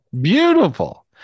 Beautiful